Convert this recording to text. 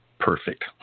Perfect